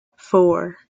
four